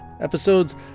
episodes